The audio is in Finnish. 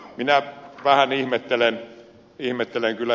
minä vähän ihmettelen kyllä ed